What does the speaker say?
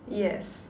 yes